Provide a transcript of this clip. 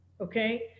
okay